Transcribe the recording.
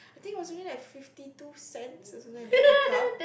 I think was only like fifty two cents or something like that the cup